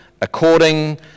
according